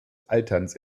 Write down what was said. alterns